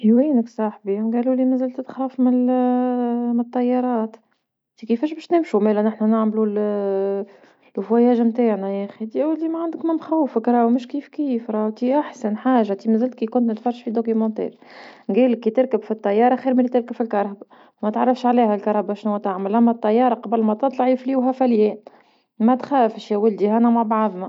انت وينك صاحبي؟ قالوا لي مازال تتخاف من من الطيارات، تي كيفاش باش نمشو حنا نعملو الرحلة نتاعنا يا أخي يا ولدي ما عندك ما مخوفك راهو مش كيف كيف راهو كي احسن حاجة تمزال كي كنت نتفرج في شريك وثائقي قالك كي تركب فالطيارة خير ملي تركب فالكهربة، ما تعرفش علاه الكرهبة شنوا تعمل اما طيارة قبل ما تطلع يفلوها فليان، ما تخافش يا ولدي هانا مع بعضنا.